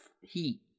heat